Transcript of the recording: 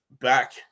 back